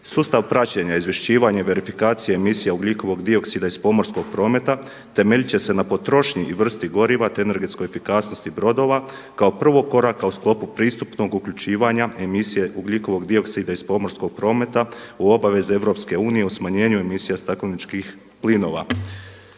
Sustav praćenja, izvješćivanja i verifikacije emisije ugljikovog dioksida iz pomorskog prometa, temeljiti će se na potrošnji i vrsti goriva, te energetskoj efikasnosti brodova kao prvog koraka u sklopu pristupnog uključivanja emisije ugljikovog dioksida iz pomorskog prometa u obaveze EU o smanjenju emisija stakleničkih plinova.